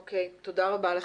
אוקיי, תודה רבה לך.